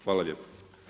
Hvala lijepo.